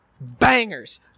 bangers